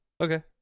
Okay